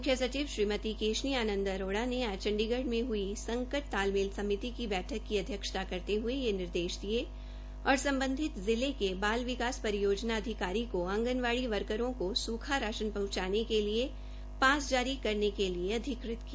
मुख्यसचिव श्रीमती केशनी आनंद अरोड़ा ने आज चंडीगढ़ में हई संकट तालमेल समिति की बैठक की अध्यक्षता करते हये यह निर्देश दिये और सम्बधित जिले के बाल विकास परियोजना अधिकारी को आंगनवाड़ी वर्करों को सूखा राशन पहंचाने के लिए पास जारी करने के लिए अधिकृत किया